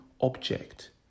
object